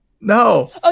No